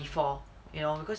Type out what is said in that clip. before you know because